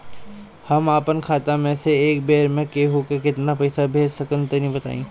हम आपन खाता से एक बेर मे केंहू के केतना पईसा भेज सकिला तनि बताईं?